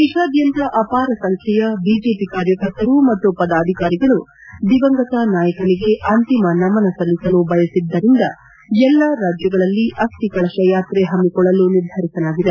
ದೇಶಾದ್ಯಂತ ಅಪಾರ ಸಂಬ್ಲೆಯ ಬಿಜೆಪಿ ಕಾರ್ಯಕರ್ತರು ಮತ್ತು ಪದಾಧಿಕಾರಿಗಳು ದಿವಂಗತ ನಾಯಕನಿಗೆ ಅಂತಿಮ ನಮನ ಸಲ್ಲಿಸಲು ಬಯಸಿದ್ದರಿಂದ ಎಲ್ಲಾ ರಾಜ್ಯಗಳಲ್ಲಿ ಅಸ್ಟಿ ಕಳಶ ಯಾತ್ರೆ ಹಮ್ಮಿಕೊಳ್ಳಲು ನಿರ್ಧರಿಸಲಾಗಿದೆ